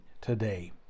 today